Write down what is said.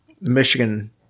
Michigan